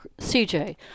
cj